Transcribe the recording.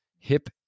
hip